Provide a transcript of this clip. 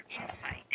insight